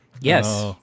Yes